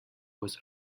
was